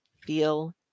feel